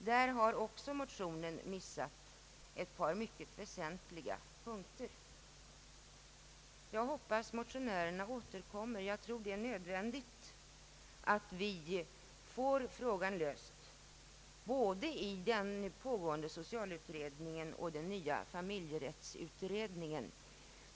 Där har också motionen missat ett par mycket väsentliga punkter. Jag hoppas motionärerna återkommer. Jag tror att det är nödvändigt att vi får frågan löst både i den pågående socialutredningen och i den nya familjerättsutredningen.